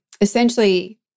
essentially